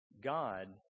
God